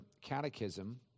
catechism